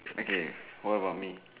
okay what about me